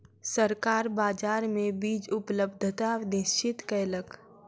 सरकार बाजार मे बीज उपलब्धता निश्चित कयलक